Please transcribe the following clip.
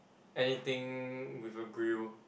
anything with a grill